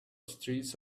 streets